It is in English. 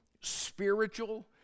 spiritual